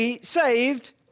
saved